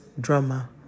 drama